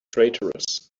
traitorous